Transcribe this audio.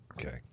Okay